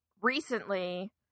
recently